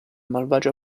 malvagio